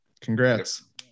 Congrats